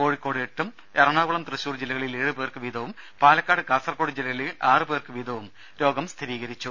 കോഴിക്കോട്ട് എട്ടും എറണാകുളം തൃശൂർ ജില്ലകളിൽ ഏഴു പേർക്ക് വീതവും പാലക്കാട് കാസർകോട് ജില്ലകളിൽ ആറു പേർക്ക് വീതവും രോഗം സ്ഥിരീകരിച്ചു